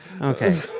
okay